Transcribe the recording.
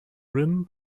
rim